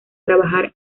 trabajar